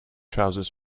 trousers